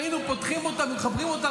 שהיינו פותחים אותה ומחברים אותה.